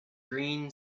green